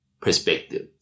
perspective